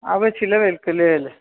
आबै छी लेबैके लेल